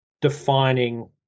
defining